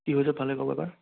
কি হৈছে ভালকে ক'ব এবাৰ